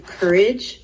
courage